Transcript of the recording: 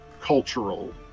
cultural